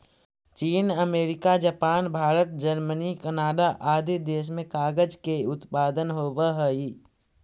चीन, America, Japan, Bharat, Germany, Canada आदि देश में कागज के उत्पादन होवऽ हई